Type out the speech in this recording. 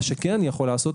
מה שאני כן יכול לעשות